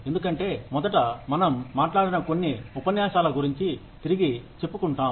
ఎందుకంటే మొదట మనం మాట్లాడిన కొన్ని ఉపన్యాసాల గురించి తిరిగి చెప్పుకుంటాం